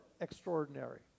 extraordinary